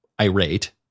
irate